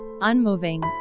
unmoving